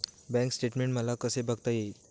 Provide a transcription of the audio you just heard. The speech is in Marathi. बँक स्टेटमेन्ट मला कसे बघता येईल?